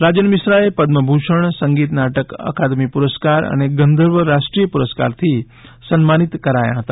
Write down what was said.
રાજન મિશ્રાએ પદ્મ ભૂષણ સંગીત નાટક અકાદમી પુરસ્કાર અને ગંધર્વ રાષ્ટ્રીય પુરસ્કારથી સન્માનીત કરાયા હતા